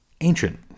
ancient